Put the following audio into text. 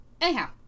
Anyhow